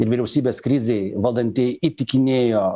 ir vyriausybės krizei valdantieji įtikinėjo